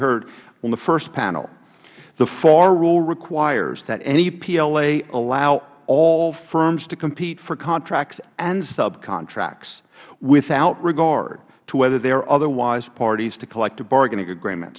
heard from the first panel the far rule requires that any pla allow all firms to compete for contracts and subcontracts without regard to whether they are otherwise parties to collective bargaining agreement